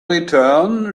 return